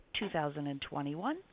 2021